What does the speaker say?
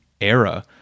era